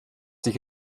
sich